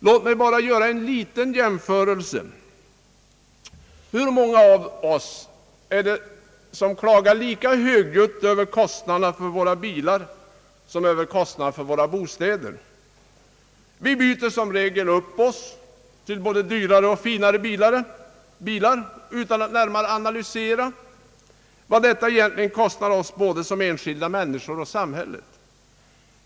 Låt mig bara göra en liten jämförelse: Hur många av oss klagar lika högljutt över kostnaderna för våra bilar som över kostnaderna för våra bostäder? Vi byter som regel upp oss till dyrare och finare bilar utan att närmare analysera vad detta egentligen kostar både oss som enskilda människor och samhället.